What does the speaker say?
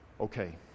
Okay